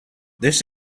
this